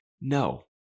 no